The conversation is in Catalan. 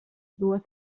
dues